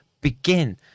begin